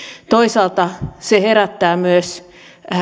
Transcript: toisaalta se herättää myös